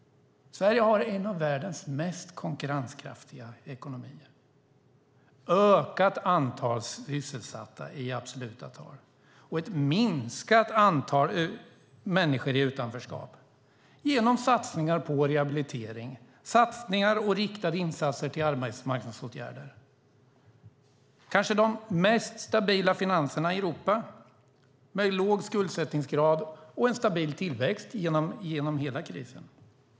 Sverige har en av världens mest konkurrenskraftiga ekonomier, ett ökat antal sysselsatta i absoluta tal och ett minskat antal människor i utanförskap genom satsningar på rehabilitering och satsningar och riktade insatser på arbetsmarknadsåtgärder. Sverige har kanske haft de mest stabila finanserna i Europa med låg skuldsättningsgrad och en stabil tillväxt genom hela krisen.